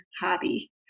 hobby